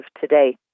today